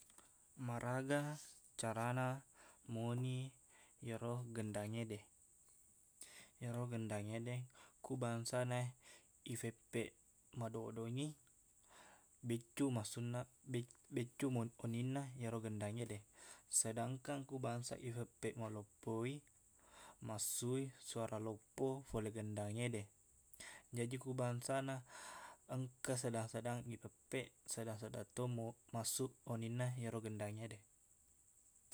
Maraga carana moni iyero gendangngede. Iyero gendangngede, ku bangsana ifeppeq madodongngi, biccuq massuqna- bec- beccuq mon- oninna iyaro gendangngede. Sedangkang, ku bangsa iffeppeq maloppowi, massuq i suara loppo fole gendangngede. Jaji, ku bangsana engka sedang-sedang iffeppeq, sedang-sedangto mo- messuq oninna iyaro gendangngede.